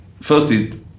firstly